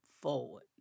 forward